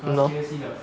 !hannor!